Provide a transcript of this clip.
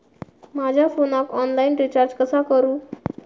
माझ्या फोनाक online recharge कसा करू?